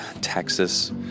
Texas